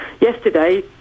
yesterday